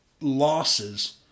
losses